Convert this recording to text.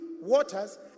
waters